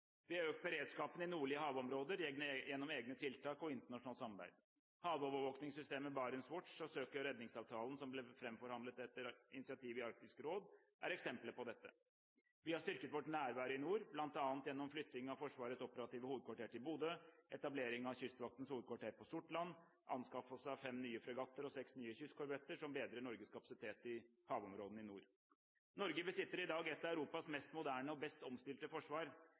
Vi har økt beredskapen i nordlige havområder gjennom egne tiltak og internasjonalt samarbeid. Havovervåkingssystemet BarentsWatch og søk- og redningsavtalen som ble framforhandlet etter et initiativ i Arktisk råd, er eksempler på dette. Vi har styrket vårt nærvær i nord, bl.a. gjennom flytting av Forsvarets operative hovedkvarter til Bodø, etablering av Kystvaktens hovedkvarter på Sortland og anskaffelse av fem nye fregatter og seks nye kystkorvetter som bedrer Norges kapasitet i havområdene i nord. Norge besitter i dag et av Europas mest moderne og best omstilte forsvar,